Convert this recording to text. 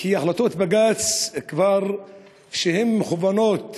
כי החלטות בג"ץ, כשהן מכוונות